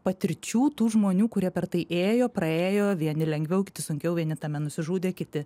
patirčių tų žmonių kurie per tai ėjo praėjo vieni lengviau kiti sunkiau vieni tame nusižudė kiti